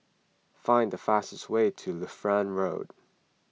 find the fastest way to Lutheran Road